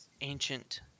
ancient